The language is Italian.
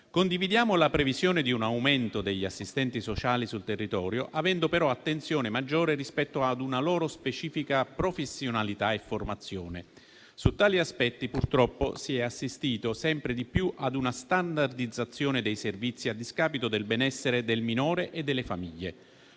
Condividiamo la previsione di un aumento degli assistenti sociali sul territorio, avendo però attenzione maggiore rispetto ad una loro specifica professionalità e formazione. Su tali aspetti, purtroppo, si è assistito sempre di più ad una standardizzazione dei servizi a discapito del benessere del minore e delle famiglie.